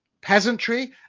peasantry